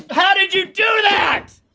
how did you do that?